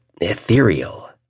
ethereal